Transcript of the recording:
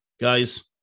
guys